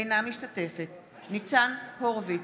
אינה משתתפת בהצבעה ניצן הורוביץ,